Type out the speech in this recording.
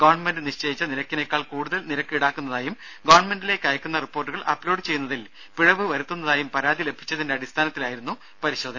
government നിശ്ചയിച്ച നിരക്കിനേക്കാൾ കൂടുതൽ നിരക്ക് ഈടാക്കുന്നതായും ഗവൺമെന്റിലേക്ക് അയക്കുന്ന റിപ്പോർട്ടുകൾ അപ്ലോഡ് ചെയ്യുന്നതിൽ പിഴവ് വരുത്തുന്നതായും പരാതി ലഭിച്ചതിന്റെ അടിസ്ഥാനത്തിലായിരുന്നു പരിശോധന